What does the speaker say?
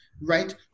right